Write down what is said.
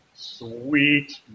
Sweet